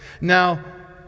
Now